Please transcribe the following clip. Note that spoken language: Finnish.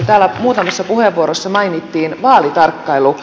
täällä muutamissa puheenvuoroissa mainittiin vaalitarkkailu